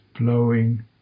blowing